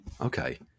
Okay